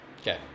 Okay